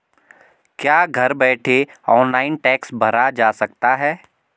क्या घर बैठे ऑनलाइन टैक्स भरा जा सकता है?